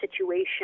situation